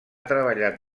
treballat